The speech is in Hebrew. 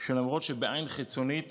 שלמרות שבעין חיצונית